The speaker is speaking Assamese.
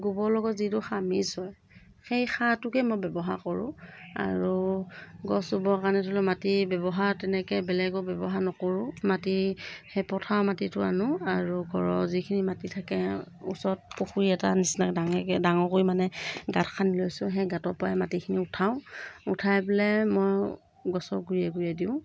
গোবৰ লগত যিটো সাৰ মিছ হয় সেই সাৰটোকে মই ব্য়ৱহাৰ কৰোঁ আৰু গছ ৰুব কাৰণে ধৰি লওক মাটিৰ ব্য়ৱহাৰ তেনেকৈ বেলেগৰ ব্য়ৱহাৰ নকৰোঁ মাটি সেই পথাৰৰ মাটিটো আনো আৰু ঘৰৰ যিখিনি মাটি থাকে ওচৰত পুখুৰী এটাৰ নিচিনা ডাঙৰকৈ ডাঙৰ কৰি মানে গাঁত খানি লৈছোঁ সেই গাঁতৰ পৰাই মাটিখিনি উঠাওঁ উঠাই পেলাই মই গছৰ গুৰিয়ে গুৰিয়ে দিওঁ